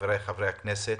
חבריי חברי הכנסת,